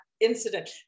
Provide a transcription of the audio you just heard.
incident